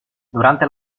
durante